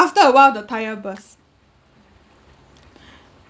after a while the tyre burst